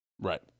right